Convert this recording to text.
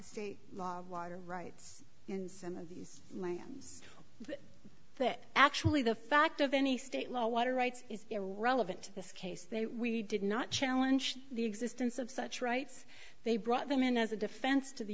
sea water rights in some of these lands that actually the fact of any state law water rights is irrelevant to this case they we did not challenge the existence of such rights they brought them in as a defense to the